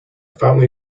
family